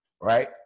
right